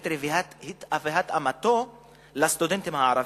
הפסיכומטרי והתאמתו לסטודנטים הערבים,